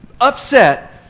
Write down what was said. upset